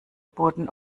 boden